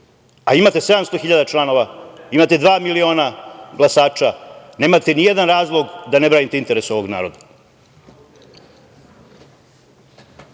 a imate 700 hiljada članova, imate dva miliona glasača, nemate nijedan razlog da ne branite interese ovog naroda.